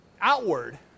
outward